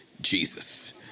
Jesus